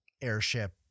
airship